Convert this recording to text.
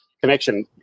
connection